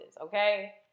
Okay